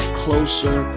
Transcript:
closer